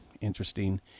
interesting